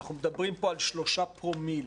אנחנו מדברים פה על שלושה פרומיל.